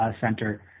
Center